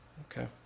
okay